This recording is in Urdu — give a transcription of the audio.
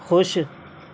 خوش